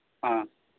ᱦᱮᱸ